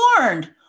warned